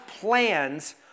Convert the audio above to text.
plans